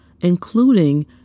including